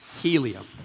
helium